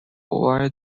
why